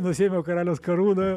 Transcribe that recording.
nusiėmiau karaliaus karūną